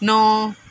ਨੌ